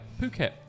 Phuket